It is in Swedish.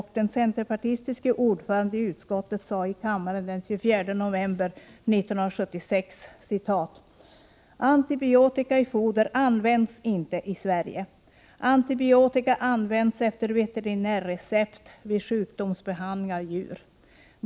Den centerpartistiske ordföranden i utskottet sade i kammaren den 24 november 1976: ”Antibiotika i foder används inte i Sverige. Antibiotika används efter veterinärrecept vid sjukdomsbehandling av djur.